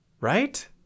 Right